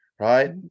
right